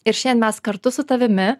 ir šiandien mes kartu su tavimi